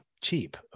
cheap